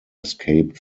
escaped